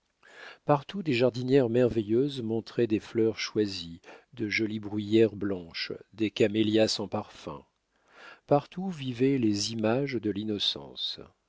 partout des jardinières merveilleuses montraient des fleurs choisies de jolies bruyères blanches des camélias sans parfum partout vivaient les images de l'innocence